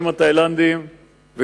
התאילנדים שיכלו למלא את התפקיד הזה,